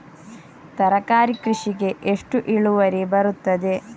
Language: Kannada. ತರಕಾರಿ ಕೃಷಿಗೆ ಎಷ್ಟು ಇಳುವರಿ ಬರುತ್ತದೆ?